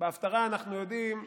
בהפטרה, אנחנו יודעים,